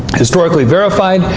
historically verified